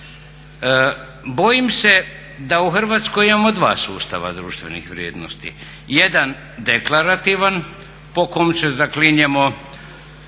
Bojim se da u Hrvatskoj imamo dva sustava društvenih vrijednosti, jedan deklarativan po kom se zaklinjemo,